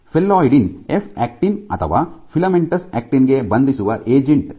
phalloidin F actin ಅಥವಾ filamentous actin ಗೆ ಬಂಧಿಸುವ ಏಜೆಂಟ್